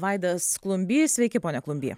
vaidas klumbys sveiki pone klumby